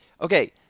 Okay